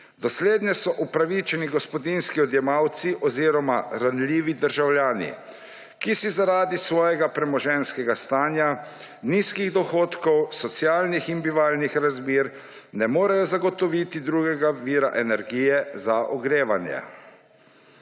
Do slednjega so upravičeni gospodinjski odjemalci oziroma ranljivi državljani, ki si zaradi svojega premoženjskega stanja, nizkih dohodkov, socialnih in bivalnih razmer ne morejo zagotoviti drugega vira energije za ogrevanje.